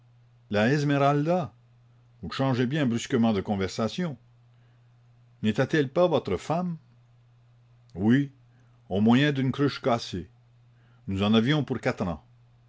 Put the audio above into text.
vous changez bien brusquement de conversation n'était-elle pas votre femme oui au moyen d'une cruche cassée nous en avions pour quatre ans